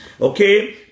Okay